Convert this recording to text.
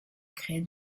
créer